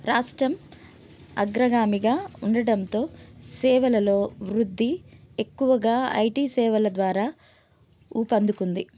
రాష్ట్రం అగ్రగామిగా ఉండడంతో సేవలలో వృద్ధి ఎక్కువగా ఐటీ సేవల ద్వారా ఊపందుకుంది